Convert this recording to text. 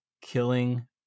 killing